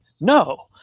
No